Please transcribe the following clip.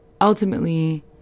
ultimately